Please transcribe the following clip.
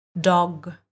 Dog